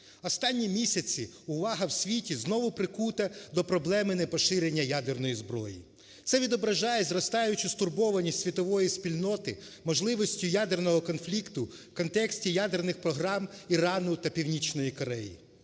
Останні місяці увага в світі знову прикута до проблеми непоширення ядерної зброї. Це відображає зростаючу стурбованість світової спільноти можливості ядерного конфлікту в контексті ядерних програм Ірану та Північної Кореї.